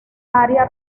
área